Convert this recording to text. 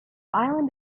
island